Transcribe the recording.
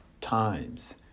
times